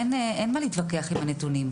אין מה להתווכח עם הנתונים.